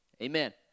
amen